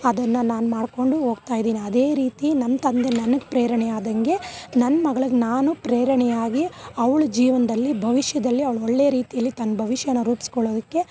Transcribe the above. ಅದನ್ನು ನಾನು ಮಾಡ್ಕೊಂಡು ಹೋಗ್ತಾಯಿದ್ದೀನಿ ಅದೇ ರೀತಿ ನಮ್ಮ ತಂದೆ ನನಗೆ ಪ್ರೇರಣೆ ಆದಂಗೆ ನನ್ನ ಮಗ್ಳಿಗೆ ನಾನು ಪ್ರೇರಣೆಯಾಗಿ ಅವ್ಳ ಜೀವನದಲ್ಲಿ ಭವಿಷ್ಯದಲ್ಲಿ ಅವ್ಳು ಒಳ್ಳೆ ರೀತಿಯಲ್ಲಿ ತನ್ನ ಭವಿಷ್ಯನ ರೂಪಿಸ್ಕೊಳ್ಳೋದಕ್ಕೆ